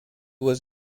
was